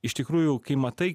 iš tikrųjų kai matai